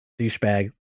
douchebag